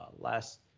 Last